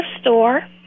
store